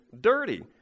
dirty